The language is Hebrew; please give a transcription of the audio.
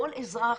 כל אזרח,